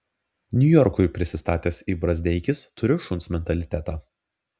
niujorkui prisistatęs i brazdeikis turiu šuns mentalitetą